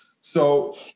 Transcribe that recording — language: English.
So-